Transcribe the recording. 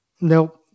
Nope